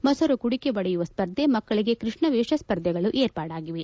ಮೊಸರು ಕುಡಿಕೆ ಒಡೆಯುವ ಸ್ಪರ್ಧೆ ಮಕ್ಕಳಿಗೆ ಕೃಷ್ಣ ವೇಷ ಸ್ಪರ್ಧೆಗಳು ಏರ್ಪಾಡಾಗಿವೆ